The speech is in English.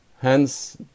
Hence